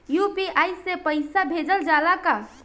UPI से पईसा भेजल जाला का?